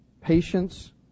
patience